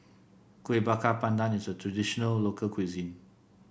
Kueh Bakar Pandan is a traditional local cuisine